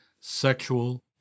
sexual